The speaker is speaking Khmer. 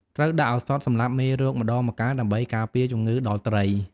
ត្រូវដាក់ឱសថសម្លាប់មេរោគម្តងម្កាលដើម្បីការពារជំងឺដល់ត្រី។